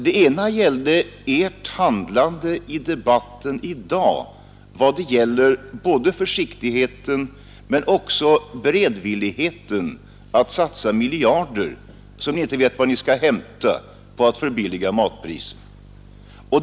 Den ena avsåg ert uppträdande i debatten i dag, där ni visar både försiktighet och samtidigt beredvillighet att satsa miljarder, som ni inte vet var ni skall hämta, på att förbilliga matpriserna.